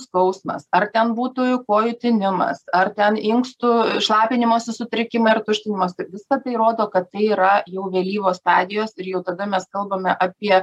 skausmas ar ten būtų kojų tinimas ar ten inkstų šlapinimosi sutrikimai ar tuštinimosi visa tai rodo kad tai yra jau vėlyvos stadijos ir jau tada mes kalbame apie